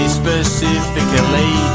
specifically